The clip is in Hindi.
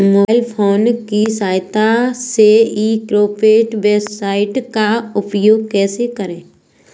मोबाइल फोन की सहायता से ई कॉमर्स वेबसाइट का उपयोग कैसे करें?